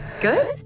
Good